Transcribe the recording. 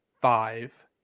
five